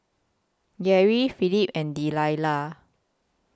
Garry Philip and Delila